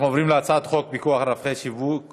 אנחנו עוברים להצעת חוק פיקוח על רווחי שיווק